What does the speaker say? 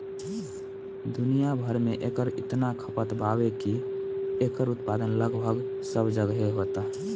दुनिया भर में एकर इतना खपत बावे की एकर उत्पादन लगभग सब जगहे होता